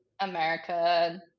America